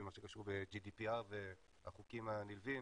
במה שקשור ב-GDPR והחוקים הנלווים,